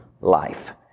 life